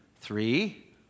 three